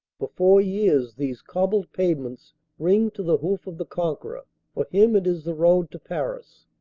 for four years these cobbled pavements ring to the hoof of the conqueror for him it is the road to paris.